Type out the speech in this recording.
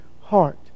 heart